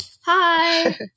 Hi